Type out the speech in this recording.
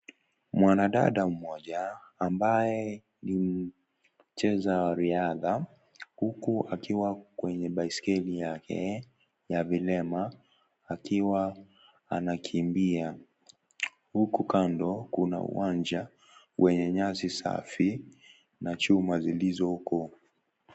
Mwanadada mmoja ambaye ni mcheza wa riadha huku akiwa kwenye baiskeli yake ya vilema akiwa anakimbia huku kando kuna uwanja wenye nyasi safi na chuma zilizoko.